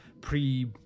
pre